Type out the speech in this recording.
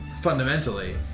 fundamentally